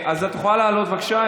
אז את יכולה לעלות, בבקשה.